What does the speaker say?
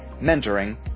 mentoring